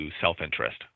self-interest